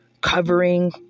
covering